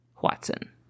Watson